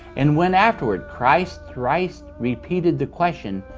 and when afterward christ thrice repeated the question,